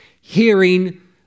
hearing